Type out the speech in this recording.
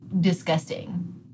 disgusting